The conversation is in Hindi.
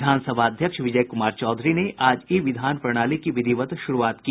विधानसभा अध्यक्ष विजय कुमार चौधरी ने आज ई विधान प्रणाली की विधिवत शुरूआत की